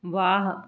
वाह